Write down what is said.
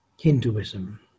Hinduism